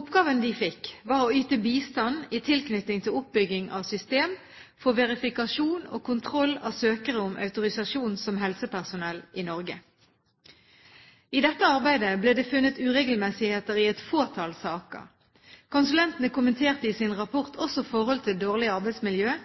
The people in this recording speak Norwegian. Oppgaven de fikk, var å yte bistand i tilknytning til oppbygging av system for verifikasjon og kontroll av søkere om autorisasjon som helsepersonell i Norge. I dette arbeidet ble det funnet uregelmessigheter i et fåtall saker. Konsulentene kommenterte i sin rapport også forhold knyttet til dårlig arbeidsmiljø